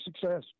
success